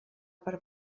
per